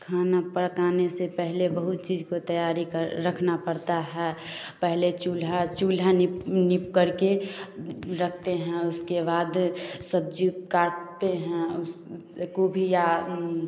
खाना पकाने से पहले बहुत चीज़ की तैयारी कर रखना पड़ता है पहले चूल्हा चूल्हा निप निप करके रखते हैं उसके बाद सब्ज़ी काटते हैं को भी या